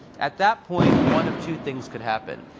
at that point, one of two things could happen.